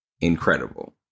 incredible